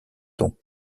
tons